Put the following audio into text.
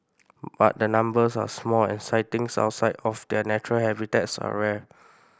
but the numbers are small and sightings outside of their natural habitats are rare